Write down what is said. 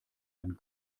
ein